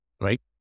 right